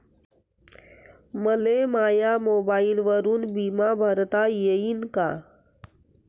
मले माया मोबाईलवरून बिमा भरता येईन का?